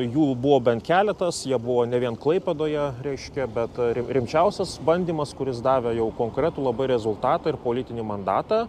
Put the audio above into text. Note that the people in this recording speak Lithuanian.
jų buvo bent keletas jie buvo ne vien klaipėdoje reiškia bet ri rimčiausias bandymas kuris davė jau konkretų labai rezultatą ir politinį mandatą